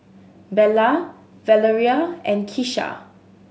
Bella Valeria and Kisha